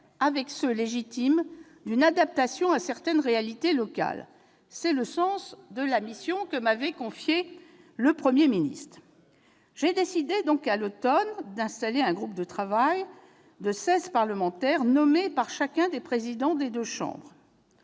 avec ceux, légitimes, d'une adaptation à certaines réalités locales. Tel est le sens de la mission que m'avait confiée le Premier ministre. Aussi ai-je décidé à l'automne dernier d'installer un groupe de travail comprenant seize parlementaires nommés par chaque président des deux chambres.